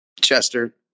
Chester